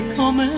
come